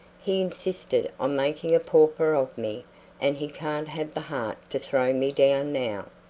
he insisted on making a pauper of me and he can't have the heart to throw me down now.